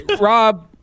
Rob